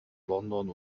london